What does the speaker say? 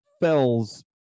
Fells